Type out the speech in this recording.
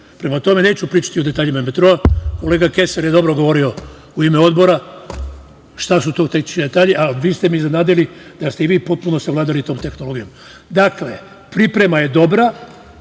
Prema tome, neću pričati o detaljima metroa. Kolega Kesar je dobro govorio u ime Odbora šta su to tehnički detalji, a vi ste me iznenadili da ste i vi potpuno savladali tom tehnologijom. Dakle, priprema je dobra,